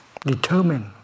determined